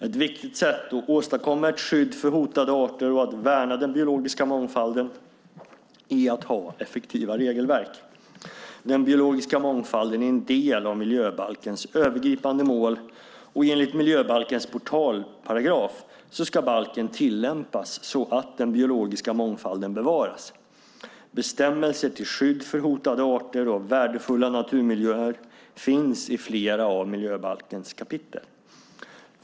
Ett viktigt sätt att åstadkomma ett skydd för hotade arter och att värna den biologiska mångfalden är att ha effektiva regelverk. Den biologiska mångfalden är en del av miljöbalkens övergripande mål, och enligt miljöbalkens portalparagraf ska balken tillämpas så att den biologiska mångfalden bevaras. Bestämmelser till skydd för hotade arter och värdefulla naturmiljöer finns i flera av miljöbalkens kapitel.